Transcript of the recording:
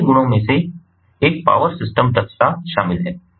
अन्य गुणों में एक पावर सिस्टम दक्षता शामिल है